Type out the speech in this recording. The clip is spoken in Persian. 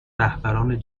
رهبران